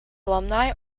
alumni